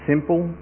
simple